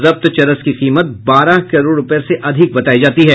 जब्त चरस की कीमत बारह करोड़ रूपये से अधिक बतायी जाती है